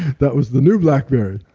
that was the new blackberry.